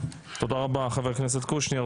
תודה רבה, חבר הכנסת קושניר.